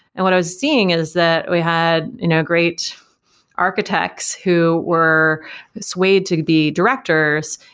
and what i was seeing is that we had you know great architects who were swayed to be directors,